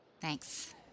Thanks